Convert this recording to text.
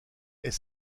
est